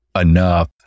enough